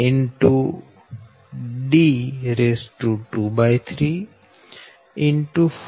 19 0